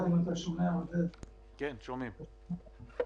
ואני אגיד את זה עוד הפעם בפתח הדברים,